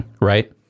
right